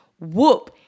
whoop